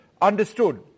understood